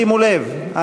שימו לב,